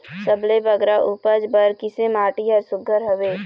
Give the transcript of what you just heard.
सबले बगरा उपज बर किसे माटी हर सुघ्घर हवे?